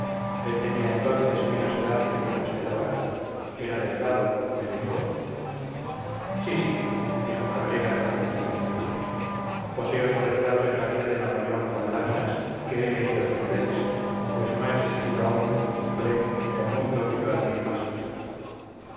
él tenía entonces menos edad que tiene usted ahora era delgado melenudo sí sí dijo cabrera con admiración infantil poseo su retrato en la vida de napoleóncon láminas que he leído cien veces pues no ha existido hom bre en el mundo que yo admire más